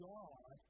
God